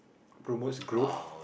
promotes growth